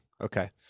Okay